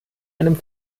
einem